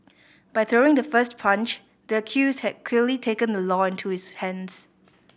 by throwing the first punch the accused had clearly taken the law into his hands